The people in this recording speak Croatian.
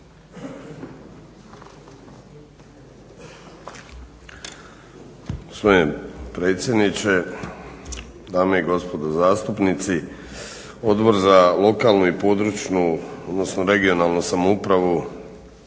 predsjedniče, dame i gospodo zastupnici. Odbor za lokalnu, područnu (regionalnu) samoupravu